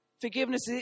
Forgiveness